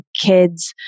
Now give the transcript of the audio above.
kids